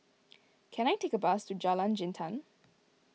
can I take a bus to Jalan Jintan